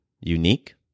unique